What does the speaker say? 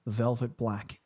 velvet-black